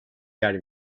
yer